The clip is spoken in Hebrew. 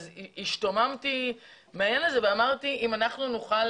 אז השתוממתי מהעניין ואמרתי אם אנחנו נוכל